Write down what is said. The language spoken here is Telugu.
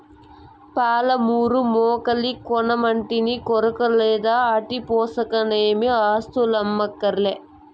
పాలమూరు మేకల్ని కొనమంటినని కొరకొరలాడ ఆటి పోసనకేమీ ఆస్థులమ్మక్కర్లే